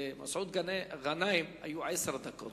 מכיוון שלחבר הכנסת מסעוד גנאים היו עשר דקות